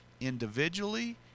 individually